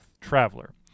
Traveler